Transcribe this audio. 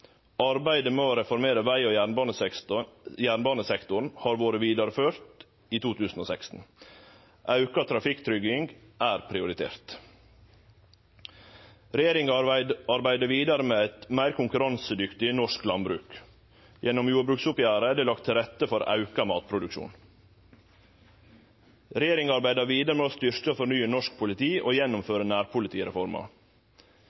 Arbeidet med å reformere veg- og jernbanesektoren har vore ført vidare i 2016. Auka trafikksikkerheit er prioritert. Regjeringa vidarefører arbeidet med eit meir konkurransedyktig norsk landbruk. Gjennom jordbruksoppgjeret er det lagt til rette for auka matproduksjon. Regjeringa arbeider vidare med å styrkje og fornye norsk politi og